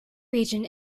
region